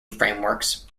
frameworks